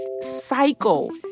cycle